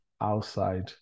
outside